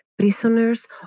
prisoners